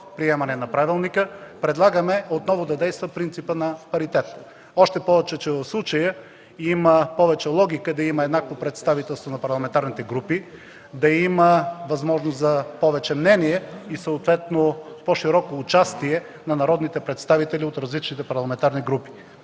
приемане на Правилника предлагаме отново да действа принципът на паритет, още повече че в случая има повече логика да има еднакво представителство на парламентарните групи, да има възможност за повече мнения и съответно по-широко участие на народните представители от различните парламентарни групи.